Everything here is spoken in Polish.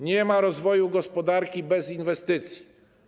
Nie ma rozwoju gospodarki bez inwestycji.